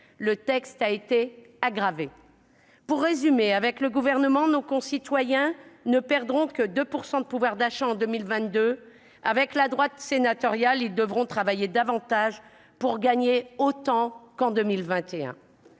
s'est aggravée. Pour résumer, grâce au Gouvernement, nos concitoyens ne perdront que 2 % de pouvoir d'achat en 2022, tandis que, avec la droite sénatoriale, ils devront travailler davantage pour gagner autant qu'en 2021